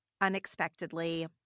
unexpectedly